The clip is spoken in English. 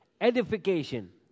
Edification